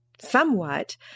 somewhat